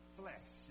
flesh